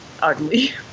ugly